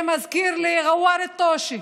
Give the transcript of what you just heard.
זה מזכיר לי (אומרת בערבית: את ע'ואר א-טושה